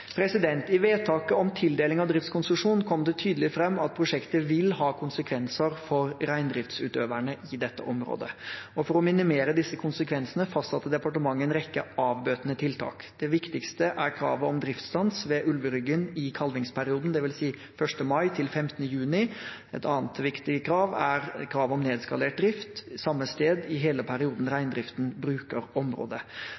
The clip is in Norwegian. I vedtaket om tildeling av driftskonsesjon kom det tydelig fram at prosjektet vil ha konsekvenser for reindriftsutøverne i dette området. For å minimere disse konsekvensene fastsatte departementet en rekke avbøtende tiltak. De viktigste er kravet om driftsstans ved Ulveryggen i kalvingsperioden, dvs. fra l. mai til 15. juni. Et annet viktig krav er kravet om nedskalert drift samme sted i hele perioden